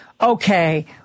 okay